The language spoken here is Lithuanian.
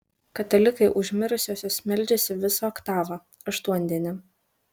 katalikai už mirusiuosius meldžiasi visą oktavą aštuondienį